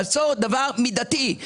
לעשות דבר מידתי.